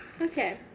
Okay